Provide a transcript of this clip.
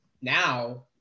now